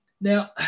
Now